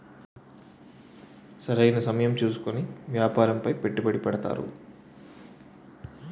సరైన సమయం చూసుకొని వ్యాపారంపై పెట్టుకుని పెడతారు